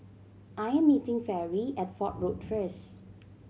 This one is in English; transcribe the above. I'm meeting Fairy at Fort Road first